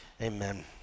Amen